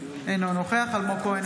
אינו נוכח אלמוג כהן,